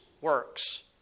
works